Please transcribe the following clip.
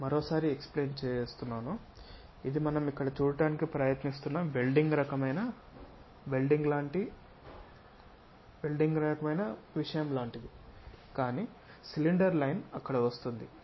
మరోసారి ఎక్స్ప్లేన్ చేస్తాను ఇది మనం ఇక్కడ చూడటానికి ప్రయత్నిస్తున్న వెల్డింగ్ రకమైన విషయం లాంటిది కానీ సిలిండర్ లైన్ అక్కడ వస్తుంది